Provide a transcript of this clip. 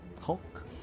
Hulk